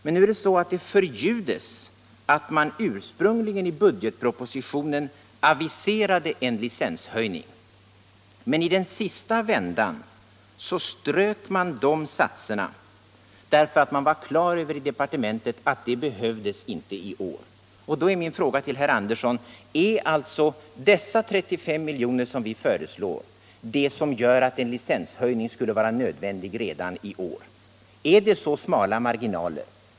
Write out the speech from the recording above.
Men nu förljudes att det i budgetpropositionen ursprungligen avise rades en licenshöjning men att denna ströks i den sista vändan därför att departementet hade klart för sig att den inte behövdes i år. Då är min fråga till herr Andersson: Är det alltså dessa 35 miljoner. som vi föreslår, som gör en licenshöjning nödvändig redan i år? Är det så smala marginaler?